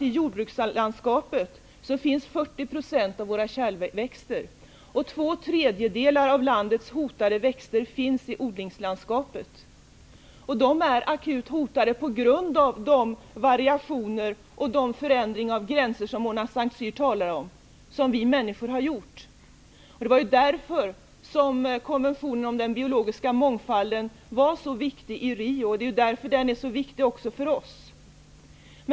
I jordbrukslandskapet finns 40 % av våra kärlväxter, och två tredjedelar av landets hotade växter finns i odlingslandskapet. De är akut hotade på grund av de variationer och de förändringar i gränser, som Mona Saint Cyr talar om, som vi människor har gjort. Det var därför som konventionen om den biologiska mångfalden var så viktig i Rio, och det är därför som den är så viktig också för oss.